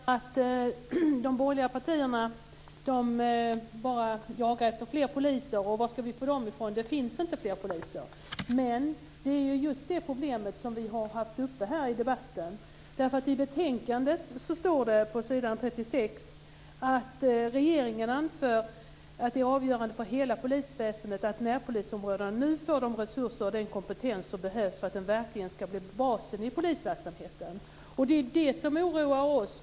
Fru talman! Yvonne Oscarsson säger att de borgerliga partierna bara jagar efter fler poliser. Hon undrar var vi ska få dem ifrån, för det finns inte fler poliser. Det är just det problemet vi har haft uppe i debatten. I betänkandet på s. 36 står "regeringen anför att det är avgörande för hela polisväsendet att närpolisområdena nu får de resurser och den kompetens som behövs för att den verkligen skall bli basen i polisverksamheten". Det oroar oss.